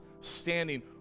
standing